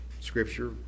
scripture